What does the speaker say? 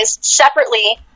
separately